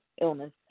illness